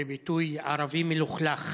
בביטוי "ערבי מלוכלך".